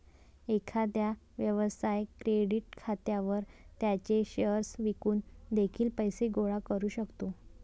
एखादा व्यवसाय क्रेडिट खात्यावर त्याचे शेअर्स विकून देखील पैसे गोळा करू शकतो